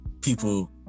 people